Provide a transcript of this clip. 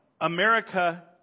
America